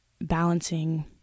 balancing